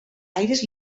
aires